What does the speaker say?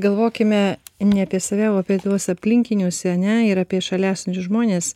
galvokime ne apie save o apie aplinkinius ane ir apie šalia esančius žmones